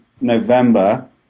November